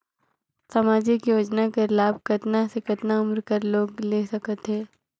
समाजिक योजना कर लाभ कतना से कतना उमर कर लोग ले सकथे?